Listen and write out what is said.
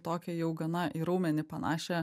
tokią jau gana į raumenį panašią